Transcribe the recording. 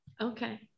Okay